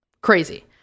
crazy